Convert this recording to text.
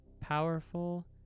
powerful